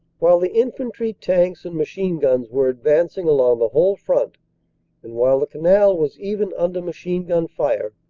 while the infantry, tanks and machine-guns were advanc ing along the whole front and while the canal was even under machine-gun fire,